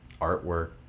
artwork